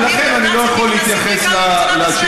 ולכן אני לא יכול להתייחס לשאלה,